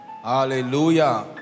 Hallelujah